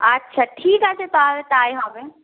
আচ্ছা ঠিক আছে তাহলে তাই হবে